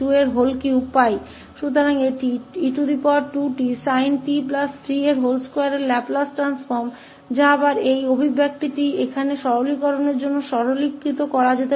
तो यह e2tsint32का लाप्लास रूपांतर है जिसे अंत में यहाँ इस अभिव्यक्ति को देने के लिए फिर से सरल बनाया जा सकता है